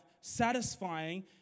satisfying